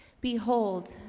Behold